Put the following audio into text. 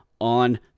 on